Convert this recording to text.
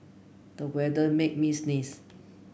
the weather made me sneeze